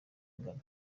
ingano